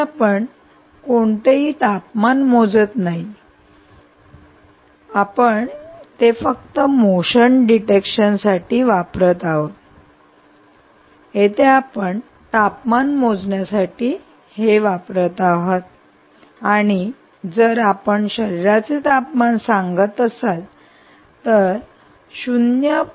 येथे आपण कोणतेही तापमान मोजत नाही आहात आपण ते फक्त मोशन डिटेक्शन साठी वापरत आहात परंतु येथे आपण तापमान मोजण्यासाठी हे वापरत आहात आणि जर आपण शरीराचे तापमान सांगत असाल तर 0